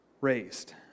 raised